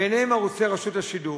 ביניהם ערוצי רשות השידור.